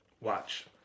watch